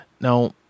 Now